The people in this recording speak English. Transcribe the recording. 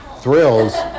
thrills